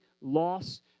loss